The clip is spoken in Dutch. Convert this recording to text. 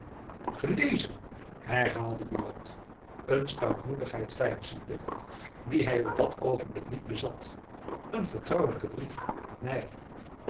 gelezen herhaalde buat een stoutmoedigheid veinzende die hy op dat oogenblik niet bezat een vertrouwelijken brief aan my